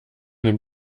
nimmt